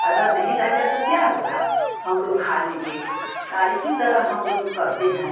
अगर नहीं रहेगा तो क्या होगा हम लोग खा लेंगे इसी तरह हम लोंग करते हैं